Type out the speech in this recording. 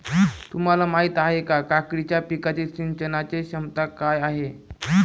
तुम्हाला माहिती आहे का, काकडीच्या पिकाच्या सिंचनाचे क्षमता काय आहे?